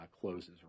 closes